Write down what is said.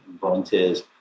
volunteers